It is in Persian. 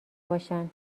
باشن